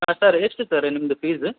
ಹಾಂ ಸರ್ ಎಷ್ಟು ಸರ್ ನಿಮ್ಮದು ಫೀಸ್